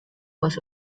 was